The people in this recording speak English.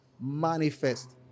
manifest